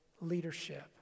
leadership